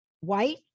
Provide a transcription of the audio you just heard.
white